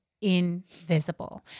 invisible